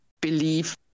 believe